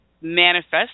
manifest